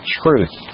truth